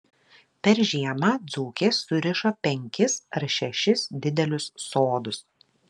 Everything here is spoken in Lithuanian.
per žiemą dzūkės suriša penkis ar šešis didelius sodus